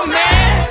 man